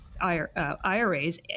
IRAs